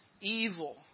evil